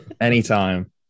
anytime